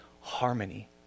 harmony